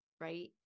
right